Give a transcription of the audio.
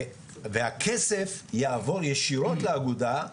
והכסף יעבור ישירות לאגודה.